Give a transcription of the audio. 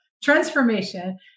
Transformation